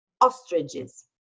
ostriches